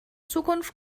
zukunft